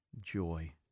joy